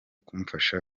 kumfasha